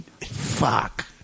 Fuck